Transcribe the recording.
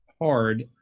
hard